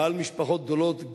בעל משפחות גדולות,